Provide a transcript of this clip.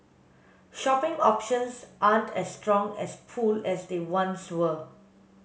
shopping options aren't as strong as pull as they once were